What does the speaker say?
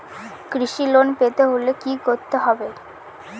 কৃষি লোন পেতে হলে কি করতে হবে?